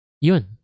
Yun